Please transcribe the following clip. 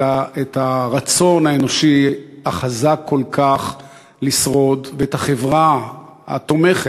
אלא את הרצון האנושי החזק כל כך לשרוד ואת החברה התומכת.